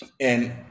and